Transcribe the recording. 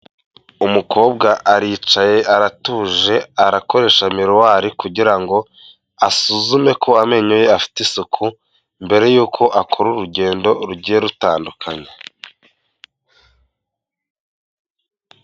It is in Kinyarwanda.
Umukobwa aricaye aratuje, arakoresha miruwari kugira ngo asuzume ko amenyo ye afite isuku mbere y'uko akora urugendo rugiye rutandukanye.